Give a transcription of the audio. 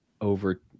over